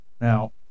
Now